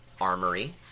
Armory